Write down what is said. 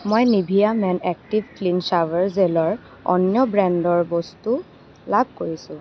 মই Nivea men active clean shower জেলৰ অন্য ব্ৰেণ্ডৰ বস্তু লাভ কৰিছোঁ